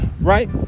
right